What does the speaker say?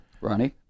Ronnie